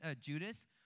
Judas